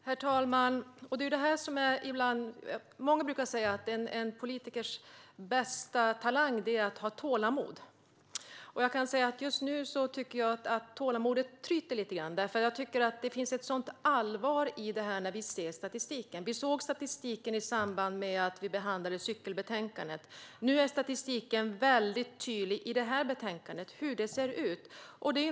Herr talman! Många brukar säga att en politikers bästa talang är att ha tålamod. Just nu tryter tålamodet lite grann. Jag tycker att det finns ett sådant allvar i statistiken. Vi såg statistiken i samband med att vi behandlade cykelbetänkandet. Nu är statistiken väldigt tydlig i det här betänkandet.